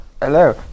Hello